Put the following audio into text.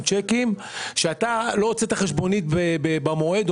צ'קים שבו אתה לא הוצאת חשבונית במועד,